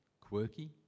Quirky